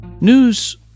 news